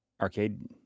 arcade